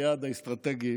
היעד האסטרטגי